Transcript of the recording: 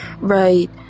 Right